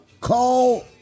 call